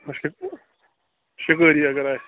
اَچھا شِکٲری اَگر آسہِ